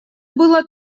было